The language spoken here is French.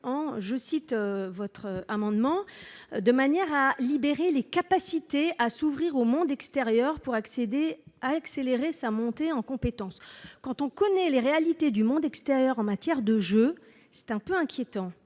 l'accès au privé de manière à libérer les capacités à s'ouvrir au monde extérieur et à accélérer sa montée en compétences. Quand on connaît les réalités du monde extérieur en matière de jeux, c'est un peu inquiétant